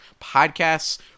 podcasts